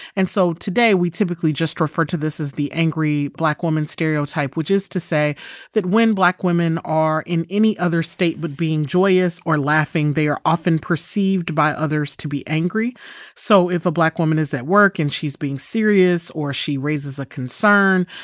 and so today, we typically just refer to this as the angry black woman stereotype, which is to say that when black women are in any other state but being joyous or laughing, they are often perceived by others to be angry so if a black woman is at work, and she's being serious, or she raises a concern,